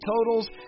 totals